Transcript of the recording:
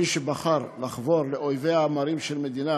מי שבחר לחבור לאויביה המרים של מדינת